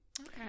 Okay